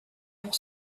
pour